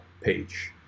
page